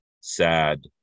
sad